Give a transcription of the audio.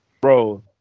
bro